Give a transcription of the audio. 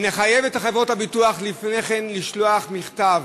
נחייב את חברות הביטוח לפני כן לשלוח מכתב